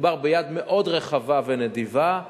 מדובר ביד מאוד רחבה ונדיבה.